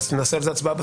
בסוף נעשה על זה הצבעה.